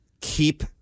keep